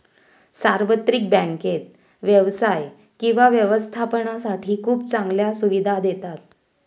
सार्वत्रिक बँकेत व्यवसाय किंवा व्यवस्थापनासाठी खूप चांगल्या सुविधा देतात